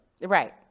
Right